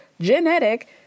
genetic